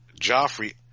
Joffrey